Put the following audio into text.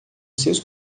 seus